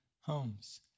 homes